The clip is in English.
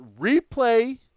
replay